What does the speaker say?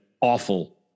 awful